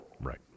Right